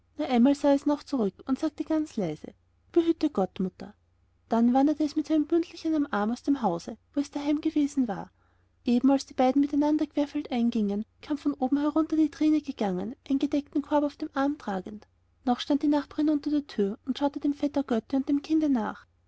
einmal sah es noch zurück und sagte ganz leise behüte gott mutter dann wanderte es mit seinem bündelchen am arm aus dem kleinen hause wo es daheim gewesen war eben als die beiden miteinander querfeldein gingen kam von oben herunter die trine gegangen einen gedeckten korb am arm tragend noch stand die nachbarin unter der tür und schaute dem vetter götti und dem kinde nach